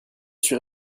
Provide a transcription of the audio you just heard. suis